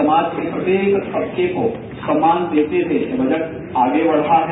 समाज के प्रत्येक तबके को सम्मान देते हुए बजट आगे बढ़ा है